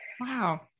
Wow